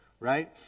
Right